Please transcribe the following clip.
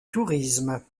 tourisme